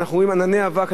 אנחנו רואים ענני אבק,